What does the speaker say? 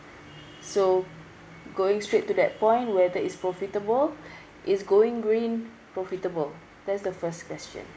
so going straight to that point whether it's profitable is going green profitable that's the first question